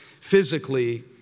physically